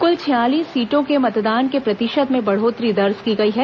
कुल छियालीस सीटों के मतदान के प्रतिशत में बढ़ोत्तरी दर्ज की गई है